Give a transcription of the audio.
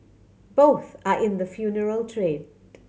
both are in the funeral trade